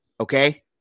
okay